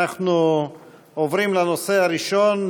אנחנו עוברים לנושא הראשון,